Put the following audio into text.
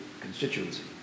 constituency